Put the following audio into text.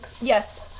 yes